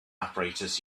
apparatus